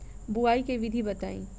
बुआई के विधि बताई?